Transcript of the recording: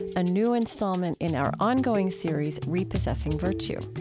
a new installment in our ongoing series repossessing virtue.